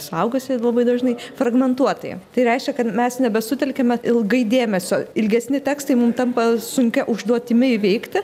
suaugusieji labai dažnai fragmentuotai tai reiškia kad mes nebesutelkiame ilgai dėmesio ilgesni tekstai mum tampa sunkia užduotimi įveikti